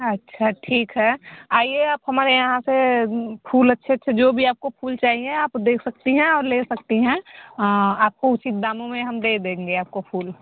अच्छा ठीक है आईए आप हमारे यहाँ पर फूल अच्छे अच्छे जो भी आपको फूल चाहिए आप देख सकती हैं और ले सकती है आपको उचित दामों में हम दे देंगे आपको फूल